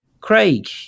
Craig